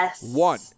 One